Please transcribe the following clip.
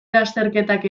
lasterketak